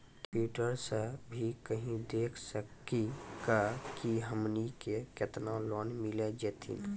Computer सा भी कही देख सकी का की हमनी के केतना लोन मिल जैतिन?